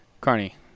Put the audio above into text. Carney